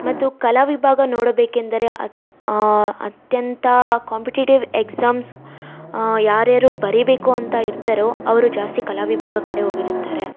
ಮತ್ತು ಕಲಾ ವಿಭಾಗ ನೋಡಬೇಕೆಂದರೆ ಅತ್ ಅತ್ಯಂತ ಕಾಂಪಿಟೀಟಿವ್ ಎಕ್ಸಾಮ್ಸ್ ಯಾರ್ಯಾರು ಬರಿಬೇಕು ಅಂತ ಇರ್ತಾರೋ ಅವರು ಜಾಸ್ತಿ ಕಲಾ ವಿಭಾಗ ಕಡೆ ಹೋಗಿರುತ್ತಾರೆ